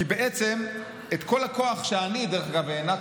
כי בעצם את כל הכוח שאני, דרך אגב,